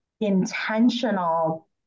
intentional